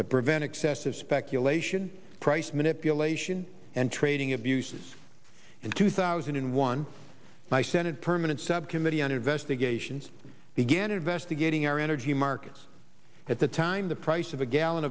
to prevent excessive speculation price manipulation and trading abuses in two thousand and one my senate permanent subcommittee on investigations began investigating our energy markets at the time the price of a gallon